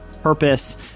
purpose